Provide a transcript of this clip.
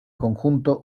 conjunto